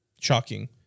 shocking